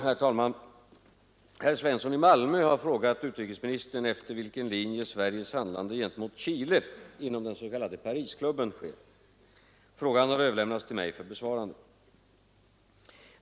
Herr talman! Herr Svensson i Malmö har frågat utrikesministern efter vilken linje Sveriges handlande gentemot Chile inom den s.k. Parisklubben sker. Frågan har överlämnats till mig för besvarande.